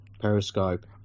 periscope